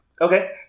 Okay